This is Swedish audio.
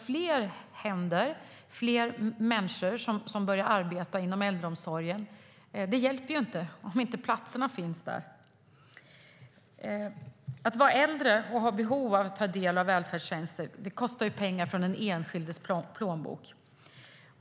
Fler händer och fler människor som börjar arbeta inom äldreomsorgen hjälper nämligen inte om inte platserna finns. Att vara äldre och i behov av att ta del av välfärdstjänster kostar pengar från den enskildes plånbok.